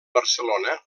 barcelona